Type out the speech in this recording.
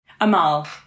amal